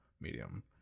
medium